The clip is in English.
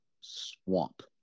swamp